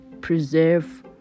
Preserve